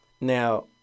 Now